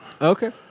Okay